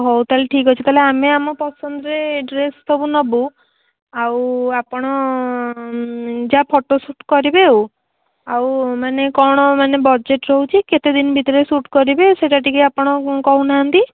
ହଉ ତା'ହେଲେ ଠିକ୍ ଅଛି ତା'ହେଲେ ଆମେ ଆମ ପସନ୍ଦରେ ଡ୍ରେସ୍ ସବୁ ନେବୁ ଆଉ ଆପଣ ଯାହା ଫଟୋ ଶୁଟ୍ କରିବେ ଆଉ ଆଉ ମାନେ କ'ଣ ମାନେ ବଜେଟ୍ ରହୁଛି କେତେଦିନ ଭିତରେ ଶୁଟ୍ କରିବେ ସେଇଟା ଟିକେ ଆପଣ କହୁନାହାଁନ୍ତି